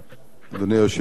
אדוני היושב-ראש,